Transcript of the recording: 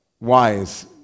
wise